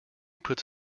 puts